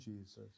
Jesus